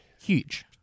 huge